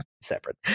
separate